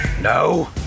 No